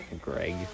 Greg